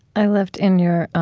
i loved in your